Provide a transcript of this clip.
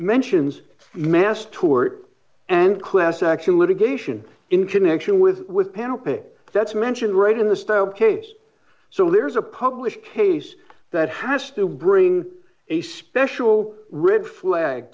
mentions mass tour and class action litigation in connection with with panel pay that's mentioned right in the style case so there's a published case that has to bring a special red flag